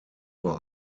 vor